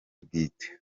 bwite